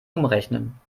umrechnen